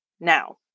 Now